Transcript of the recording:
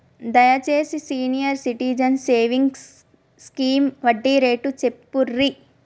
దయచేసి senior citizens savings scheme వడ్డీ rate చెప్పుర్రి